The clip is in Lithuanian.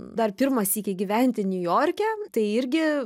dar pirmą sykį gyventi niujorke tai irgi